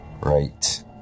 right